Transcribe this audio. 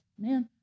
man